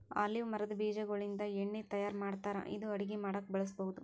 olive ಮರದ್ ಬೀಜಾಗೋಳಿಂದ ಎಣ್ಣಿ ತಯಾರ್ ಮಾಡ್ತಾರ್ ಇದು ಅಡಗಿ ಮಾಡಕ್ಕ್ ಬಳಸ್ಬಹುದ್